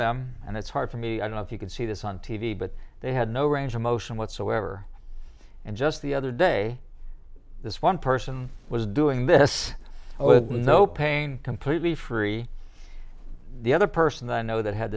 them and it's hard for me i don't know if you can see this on t v but they had no range of motion whatsoever and just the other day this one person was doing this with no pain completely free the other person i know that had